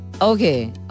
okay